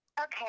Okay